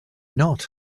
not